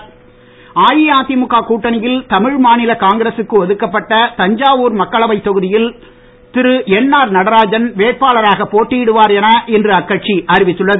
தமாகா அஇஅதிமுக கூட்டணியில் தமிழ்மாநில காங்கிரசுக்கு ஒதுக்கப்பட்ட தஞ்சாவூர் மக்களவை தொகுதியில் திரு என்ஆர் நடராஜன் வேட்பாளராக போட்டியிடுவார் என இன்று அக்கட்சி அறிவித்துள்ளது